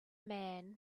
man